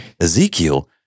Ezekiel